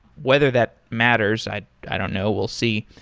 whether that matters, i i don't know. we'll see.